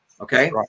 okay